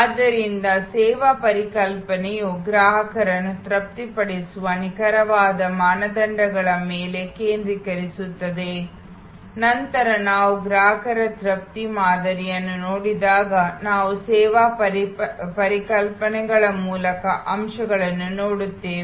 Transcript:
ಆದ್ದರಿಂದ ಸೇವಾ ಪರಿಕಲ್ಪನೆಯು ಗ್ರಾಹಕರನ್ನು ತೃಪ್ತಿಪಡಿಸುವ ನಿಖರವಾದ ಮಾನದಂಡಗಳ ಮೇಲೆ ಕೇಂದ್ರೀಕರಿಸುತ್ತದೆ ನಂತರ ನಾವು ಗ್ರಾಹಕರ ತೃಪ್ತಿ ಮಾದರಿಗಳನ್ನು ನೋಡಿದಾಗ ನಾವು ಸೇವಾ ಪರಿಕಲ್ಪನೆಗಳ ಪ್ರಮುಖ ಅಂಶಗಳನ್ನು ನೋಡುತ್ತೇವೆ